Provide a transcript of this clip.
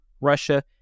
Russia